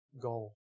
goal